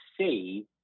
see